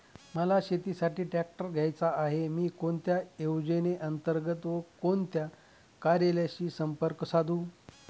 मला शेतीसाठी ट्रॅक्टर घ्यायचा आहे, मी कोणत्या योजने अंतर्गत व कोणत्या कार्यालयाशी संपर्क साधू?